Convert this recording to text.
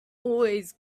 always